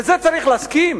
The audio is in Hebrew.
לזה צריך להסכים?